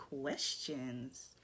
questions